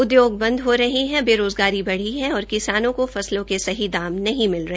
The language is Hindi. उद्योग बंद हो रहे है बेरोज़गारी बढ़ी है और किसानों फसलों के सही दाम नहीं मिल रहे